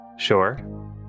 Sure